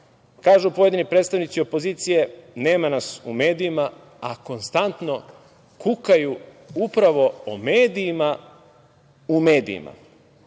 pojedini predstavnici opozicije – nema nas u medijima, a konstantno kukaju upravo o medijima u medijima. Ponavljam